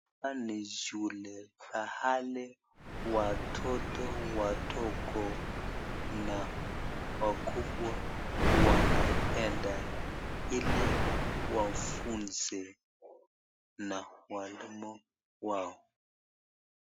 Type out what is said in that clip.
Hapa ni shule ,pahali watoto wadogo na wakubwa wanaenda ili wafunzwe na walimu wao.